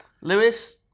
Lewis